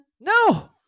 No